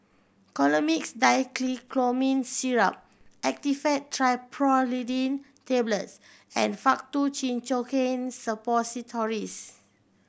Colimix Dicyclomine Syrup Actifed Triprolidine Tablets and Faktu Cinchocaine Suppositories